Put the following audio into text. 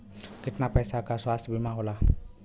कितना पैसे का स्वास्थ्य बीमा होला?